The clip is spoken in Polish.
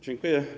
Dziękuję.